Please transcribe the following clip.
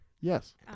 Yes